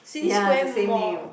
ya the same name